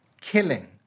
killing